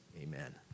Amen